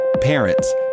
Parents